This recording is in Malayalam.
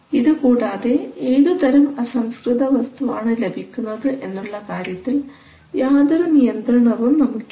ഇതുകൂടാതെ ഏതുതരം അസംസ്കൃത വസ്തുവാണ് ലഭിക്കുന്നത് എന്നുള്ള കാര്യത്തിൽ യാതൊരു നിയന്ത്രണവും നമുക്കില്ല